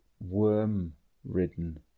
worm-ridden